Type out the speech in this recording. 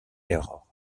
error